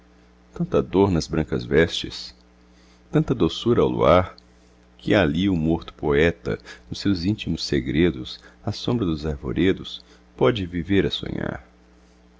tanta dor nas brancas vestes tanta doçura ao luar que ali o morto poeta traviata ópera em quatro atos de verdi o libreto é uma adaptação de a dama das camélias de alexandre dumas filho nos seus íntimos segredos à sombra dos arvoredos pode viver a sonhar